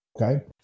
Okay